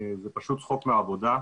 זה פשוט צחוק מהעבודה.